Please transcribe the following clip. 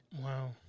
Wow